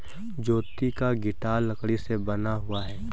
ज्योति का गिटार लकड़ी से बना हुआ है